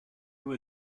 were